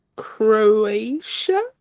Croatia